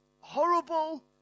horrible